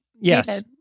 yes